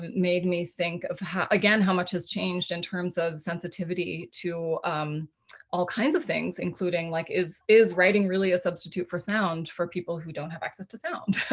made me think of again, how much has changed in terms of sensitivity to all kinds of things including like, is is writing really a substitute for sound for people who don't have access to sound,